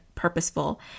purposeful